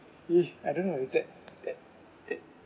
uh I don't know is that that that